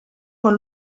con